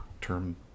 term